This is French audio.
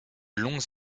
longues